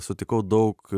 sutikau daug